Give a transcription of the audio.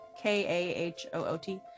K-A-H-O-O-T